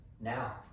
now